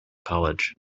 college